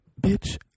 bitch